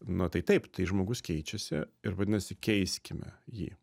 nu tai taip tai žmogus keičiasi ir vadinasi keiskime jį